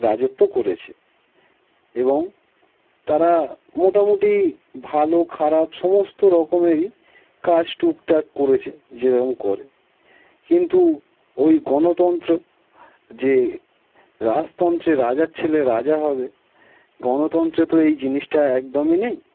রাজত্ব করেছে এবং তারা মোটামুটি ভালো খারাপ সমস্ত রকমেরই কাজ টুকটাক করেছে যেরকম করে কিন্তু ওই গণতন্ত্র যে রাজতন্ত্রে রাজার ছেলে রাজা হবে গণতন্ত্রে তো এই জিনিসটা একদমই নেই